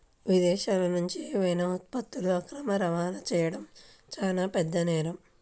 విదేశాలనుంచి ఏవైనా ఉత్పత్తులను అక్రమ రవాణా చెయ్యడం చానా పెద్ద నేరం